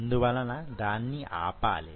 అందువలన దాన్ని ఆపాలి